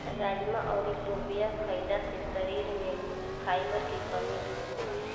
राजमा अउर लोबिया खईला से शरीर में फाइबर के कमी दूर होला